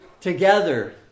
together